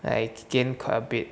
I gained a bit